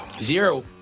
Zero